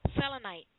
Selenite